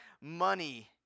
money